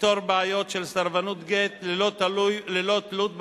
לפתור בעיות של סרבנות גט, ללא תלות במגדר,